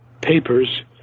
papers